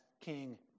King